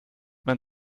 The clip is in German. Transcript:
man